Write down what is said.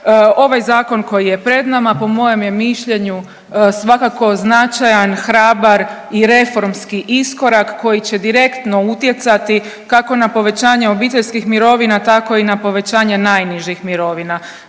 ovaj zakon koji je pred nama po mojem je mišljenju svakako značajan, hrabar i reformski iskorak koji će direktno utjecati kako na povećanje obiteljskih mirovina tako i na povećanje najnižih mirovina.